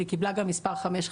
והיא קיבלה גם מספר 55,